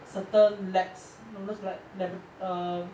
certain lapse no~ those like err